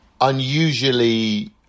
unusually